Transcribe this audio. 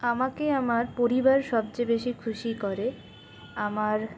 আমাকে আমার পরিবার সবচেয়ে বেশি খুশি করে আমার